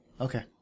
Okay